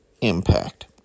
impact